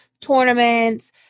tournaments